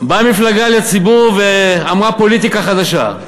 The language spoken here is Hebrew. באה מפלגה לציבור ואמרה: פוליטיקה חדשה.